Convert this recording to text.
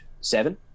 seven